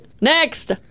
Next